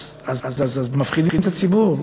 אז מפחידים את הציבור,